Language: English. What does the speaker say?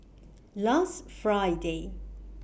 last Friday